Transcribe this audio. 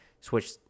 switch